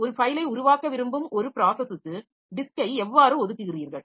ஒரு ஃபைலை உருவாக்க விரும்பும் ஒரு ப்ராஸஸுக்கு டிஸ்க்கை எவ்வாறு ஒதுக்குகிறீர்கள்